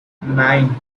nine